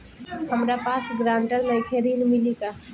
हमरा पास ग्रांटर नईखे ऋण मिली का?